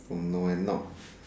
oh no and not